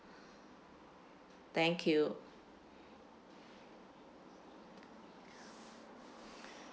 thank you